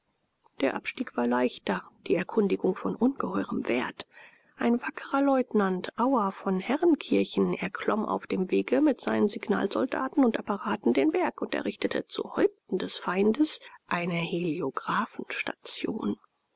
der abstieg war leichter die erkundigung von ungeheurem wert ein wackrer leutnant auer von herrenkirchen erklomm auf dem wege mit seinen signalsoldaten und apparaten den berg und errichtete zu häupten des feindes eine